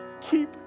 Keep